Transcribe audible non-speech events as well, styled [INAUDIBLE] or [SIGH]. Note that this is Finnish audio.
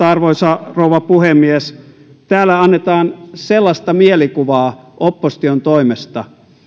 [UNINTELLIGIBLE] arvoisa rouva puhemies sitten toinen näkökohta täällä annetaan sellaista mielikuvaa opposition toimesta